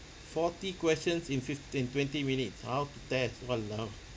forty questions in fif~ in twenty minutes how to test !walao!